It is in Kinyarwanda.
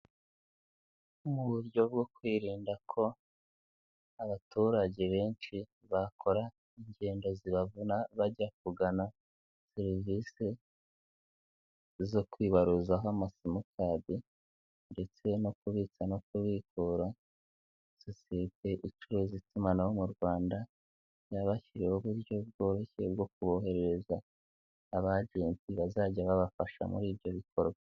Mu buryo bwo kwirinda ko abaturage benshi bakora ingendo zibavuna bajya kugana serivisi zo kwibaruzaho amasimukadi ndetse no kubitsa no kubikura, sosiyete icuruza itumanaho mu Rwanda yababashyiho uburyo bworoshye bwo kuboherereza abagenti bazajya babafasha muri ibyo bikorwa.